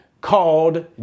called